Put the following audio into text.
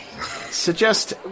Suggest